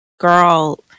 girl